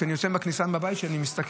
כשאני יוצא מהכניסה לבית שלי אני מסתכל,